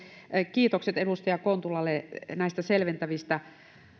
kiitokset edustaja kontulalle näistä selventävistä